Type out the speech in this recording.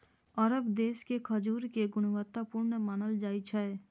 अरब देश के खजूर कें गुणवत्ता पूर्ण मानल जाइ छै